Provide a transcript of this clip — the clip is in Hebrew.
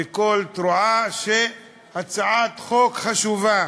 בקול תרועה שזו הצעת חוק חשובה,